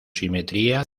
simetría